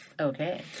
Okay